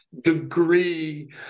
degree